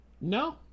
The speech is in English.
No